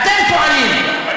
אתם פועלים,